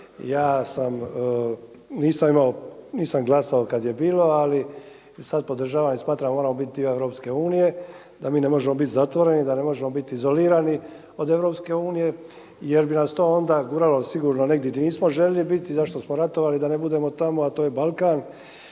ja nisam glasao kada je bilo ali sada podržavam i smatram da moramo biti dio EU, da mi ne možemo biti zatvoreni, da ne možemo biti izolirani od EU jer bi nas to onda guralo sigurno negdje gdje nismo željeli biti. Zašto smo ratovali da ne budemo tamo, a to je Balkan